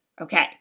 Okay